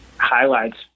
highlights